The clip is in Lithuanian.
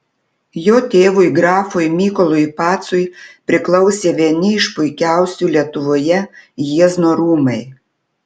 jo tėvui grafui mykolui pacui priklausė vieni iš puikiausių lietuvoje jiezno rūmai